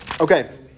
Okay